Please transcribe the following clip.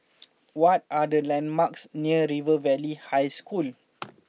what are the landmarks near River Valley High School